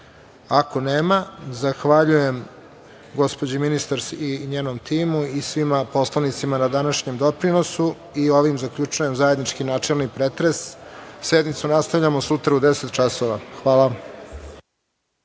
nema, zahvaljujem gospođi ministar i njenom timu i svim poslanicima na današnjem doprinosu. Ovim zaključujem zajednički načelni pretres. Sednicu nastavljamo sutra u 10.00 časova.